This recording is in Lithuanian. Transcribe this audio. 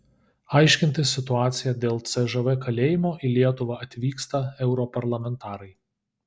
aiškintis situaciją dėl cžv kalėjimo į lietuvą atvyksta europarlamentarai